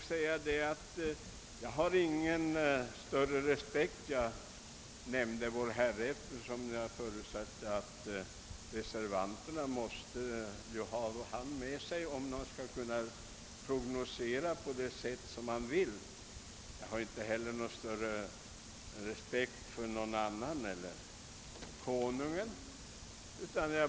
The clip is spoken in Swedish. I det fallet har jag heller ingen respekt för någon. Jag nämnde tidigare Vår Herre, eftersom jag förutsatte att reservanterna räknade också med honom, när de gör sådana prognoser som de vill göra, men jag har heller ingen större respekt för konungen eller någon annan.